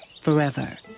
forever